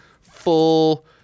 full